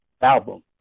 album